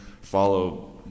follow